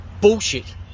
Bullshit